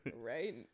Right